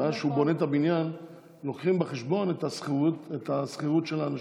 ואז כשהוא בונה את הבניין לוקחים בחשבון את השכירות של האנשים.